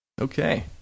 Okay